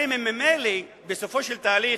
הרי ממילא, בסופו של תהליך